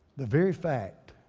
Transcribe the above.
the very fact